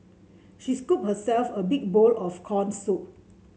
she scooped herself a big bowl of corn soup